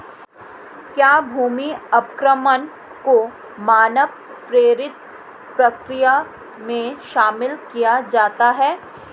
क्या भूमि अवक्रमण को मानव प्रेरित प्रक्रिया में शामिल किया जाता है?